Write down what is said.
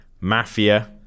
mafia